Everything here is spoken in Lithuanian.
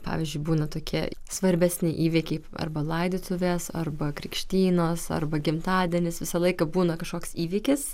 pavyzdžiui būna tokie svarbesni įvykiai arba laidotuvės arba krikštynos arba gimtadienis visą laiką būna kažkoks įvykis